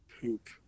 Poop